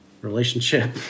relationship